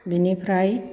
बिनिफ्राय